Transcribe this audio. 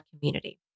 community